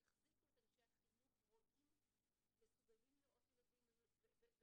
היועצים שיחזיקו את אנשי החינוך מסוגלים לראות ילדים ומסוגלים